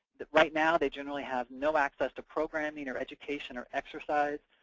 that right now they generally have no access to programming or education or exercise,